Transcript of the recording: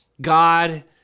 God